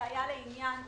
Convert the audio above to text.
סעיפים 22(2ב)